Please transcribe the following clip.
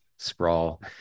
sprawl